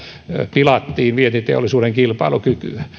pilattiin vientiteollisuuden kilpailukykyä